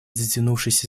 затянувшийся